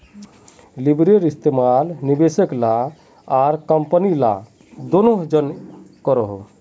leverage इस्तेमाल निवेशक ला आर कम्पनी ला दनोह जन करोहो